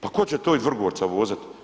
Pa tko će to iz Vrgorca vozati?